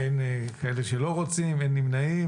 אין כאלה שלא רוצים, אין נמנעים.